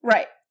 Right